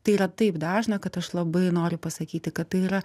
tai yra taip dažna kad aš labai noriu pasakyti kad tai yra